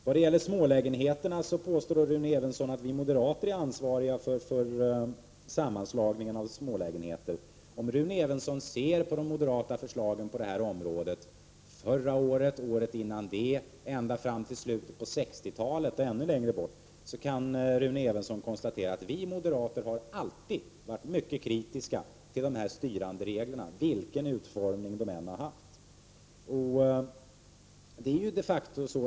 Vad gäller smålägenheterna påstår Rune Evensson att vi moderater är ansvariga för sammanslagningen av smålägenheter. Om Rune Evensson ser på de moderata förslagen på detta område från förra året, året dessförinnan, slutet av 60-talet och ännu tidigare, kan han konstatera att vi moderater alltid har varit mycket kritiska mot dessa styrande regler, vilken utformning de än har haft.